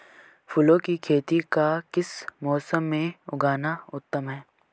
फूलों की खेती का किस मौसम में उगना उत्तम है?